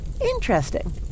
Interesting